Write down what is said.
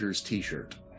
t-shirt